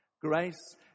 Grace